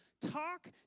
Talk